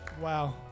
Wow